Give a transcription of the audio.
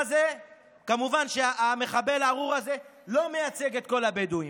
כמובן שהמחבל הארור הזה לא מייצג את כל הבדואים.